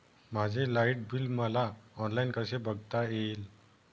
माझे light bill मला online कसे बघता येईल?